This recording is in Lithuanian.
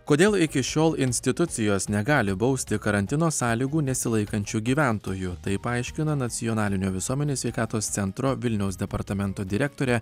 kodėl iki šiol institucijos negali bausti karantino sąlygų nesilaikančių gyventojų tai paaiškino nacionalinio visuomenės sveikatos centro vilniaus departamento direktorė